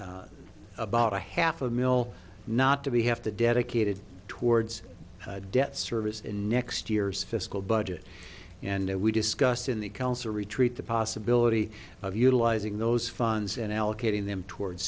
about a half a mill not to be have to dedicated towards debt service in next year's fiscal budget and we discussed in the council retreat the possibility of utilizing those funds and al katyn them towards